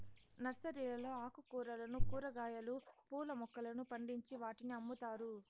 నర్సరీలలో ఆకుకూరలను, కూరగాయలు, పూల మొక్కలను పండించి వాటిని అమ్ముతారు